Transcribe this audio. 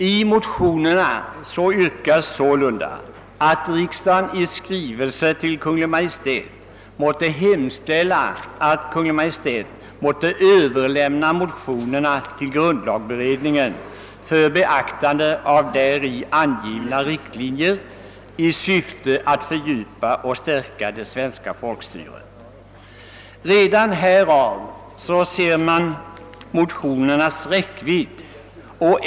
Det yrkas sålunda »att riksdagen i skrivelse till Kungl. Maj:t måtte hemställa att Kungl. Maj:t måtte överlämna motionen till grundlagberedningen för beaktande av däri angivna riktlinjer i syfte att fördjupa och stärka det svenska folkstyret». Redan härav framgår de likalydande motionernas räckvidd.